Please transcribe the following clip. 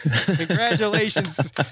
Congratulations